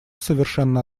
совершено